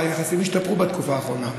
והיחסים השתפרו בתקופה האחרונה.